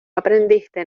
aprendiste